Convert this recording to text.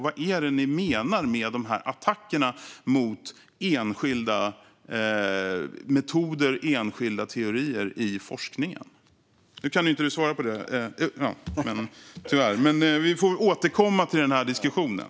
Vad är det ni menar med de här attackerna mot enskilda metoder och enskilda teorier i forskningen? Nu får Robert Stenkvist tyvärr inte svara på det, men vi får återkomma till den här diskussionen.